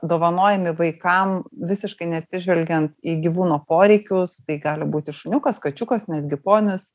dovanojami vaikam visiškai neatsižvelgiant į gyvūno poreikius tai gali būti šuniukas kačiukas netgi ponis